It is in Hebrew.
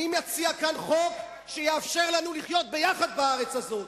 אני מציע כאן חוק שיאפשר לנו לחיות יחד בארץ הזאת.